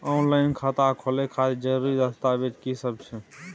Online खाता खोले खातिर जरुरी दस्तावेज की सब छै?